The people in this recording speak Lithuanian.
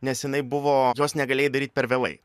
nes jinai buvo jos negalėjai daryt per vėlai